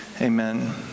Amen